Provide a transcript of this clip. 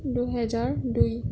দুহেজাৰ দুই